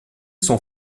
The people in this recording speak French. sont